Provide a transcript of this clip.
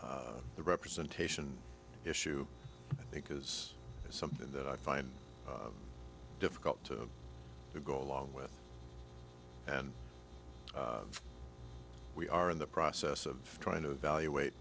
the representation issue i think is something that i find difficult to go along with and we are in the process of trying to evaluate